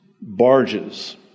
barges